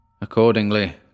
Accordingly